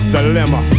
Dilemma